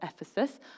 Ephesus